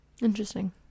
interesting